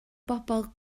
bobl